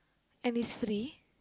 and it's free